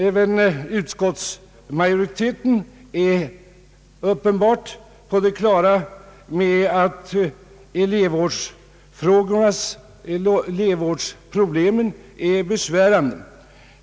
Även utskottsmajoriteten är tydligen på det klara med att t.ex. elevvårdsproblemen är besvärande.